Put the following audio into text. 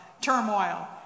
turmoil